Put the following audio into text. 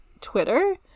Twitter